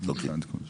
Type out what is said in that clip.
אוקיי.